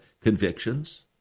convictions